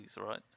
right